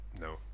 No